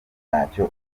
ntacyo